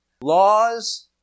Laws